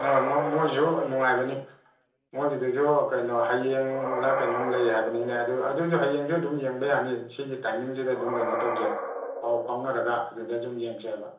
ꯑꯥ ꯃꯣꯏꯁꯨ ꯅꯨꯡꯉꯥꯏꯕꯅꯤ ꯃꯣꯏꯒꯤꯗꯨꯁꯨ ꯀꯩꯅꯣ ꯍꯌꯦꯡꯂ ꯀꯩꯅꯣꯝ ꯂꯩ ꯍꯥꯏꯕꯅꯤꯅꯦ ꯑꯗꯨꯁꯨ ꯍꯌꯦꯡꯁꯨ ꯑꯗꯨꯝ ꯌꯦꯡꯕ ꯌꯥꯅꯤ ꯁꯤꯒꯤ ꯇꯥꯏꯃꯤꯡꯁꯤꯗ ꯑꯗꯨꯝ ꯀꯩꯅꯣ ꯇꯧꯁꯦ ꯄꯥꯎ ꯐꯥꯎꯅꯔꯒ ꯑꯗꯨꯗ ꯑꯗꯨꯝ ꯌꯦꯡꯁꯦ ꯍꯥꯏꯕ